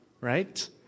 right